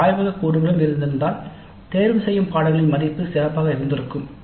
ஒரு ஆய்வகக் கூறுகளும் இருந்திருந்தால் தேர்தலின் மதிப்பு சிறப்பாக இருந்திருக்கும்